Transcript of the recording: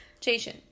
Jason